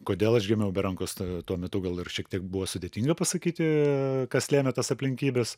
kodėl aš gimiau be rankos ta tuo metu gal ir šiek tiek buvo sudėtinga pasakyti kas lėmė tas aplinkybes